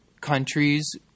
countries